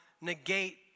negate